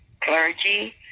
Clergy